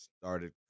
started